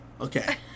Okay